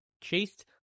chased